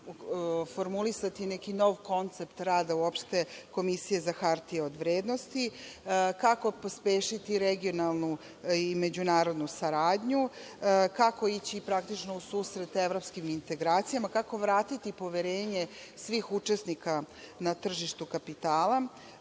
formulisati neki nov koncept rada uopšte Komisije za hartije od vrednosti, kako pospešiti regionalnu i međunarodnu saradnju, kako ići praktično u susret evropskim integracijama, kako vratiti poverenje svih učesnika na tržištu kapitala,